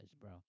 bro